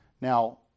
Now